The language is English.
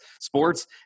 sports